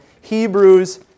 Hebrews